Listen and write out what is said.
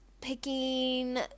picking